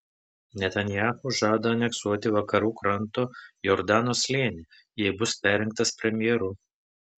netanyahu žada aneksuoti vakarų kranto jordano slėnį jei bus perrinktas premjeru